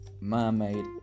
man-made